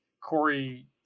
Corey